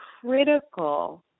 critical